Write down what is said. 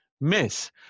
miss